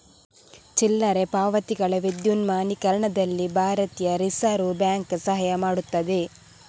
ಚಿಲ್ಲರೆ ಪಾವತಿಗಳ ವಿದ್ಯುನ್ಮಾನೀಕರಣದಲ್ಲಿ ಭಾರತೀಯ ರಿಸರ್ವ್ ಬ್ಯಾಂಕ್ ಸಹಾಯ ಮಾಡುತ್ತದೆ